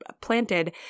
planted